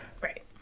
Right